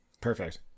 Perfect